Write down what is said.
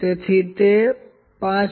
તેથી તે 5